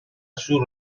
شور